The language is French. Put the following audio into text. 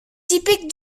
typique